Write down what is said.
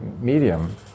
medium